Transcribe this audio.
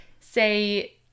say